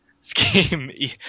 scheme